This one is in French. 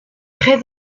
près